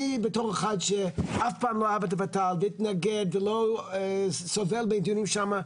אני בתור אחד שאף פעם לא אהב את הות"ל והתנגד וסובל בדיונים שם,